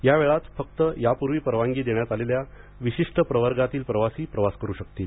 या वेळात फक्त यापूर्वी परवानगी देण्यात आलेल्या विशिष्ट प्रवर्गातील प्रवासी प्रवास करू शकतील